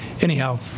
Anyhow